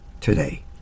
today